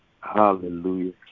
Hallelujah